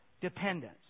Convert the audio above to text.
dependence